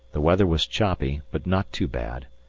the weather was choppy, but not too bad,